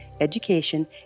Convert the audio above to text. education